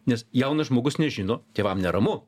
nes jaunas žmogus nežino tėvam neramu